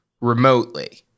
remotely